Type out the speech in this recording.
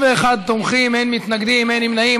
61 תומכים, אין מתנגדים, אין נמנעים.